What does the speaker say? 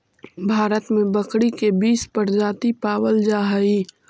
भारत में बकरी के बीस प्रजाति पावल जा हइ